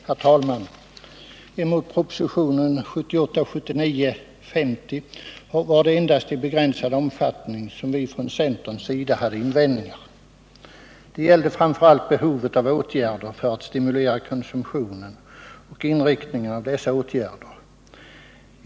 Herr talman! Emot propositionen 1978/79:50 var det endast i begränsad omfattning som vi från centerns sida hade invändningar. Det gällde framför allt behovet av åtgärder för att stimulera konsumtionen och inriktningen av Nr 54 dessa åtgärder.